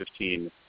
2015